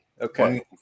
okay